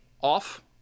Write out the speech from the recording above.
off